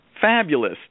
Fabulous